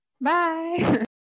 Bye